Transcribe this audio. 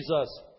Jesus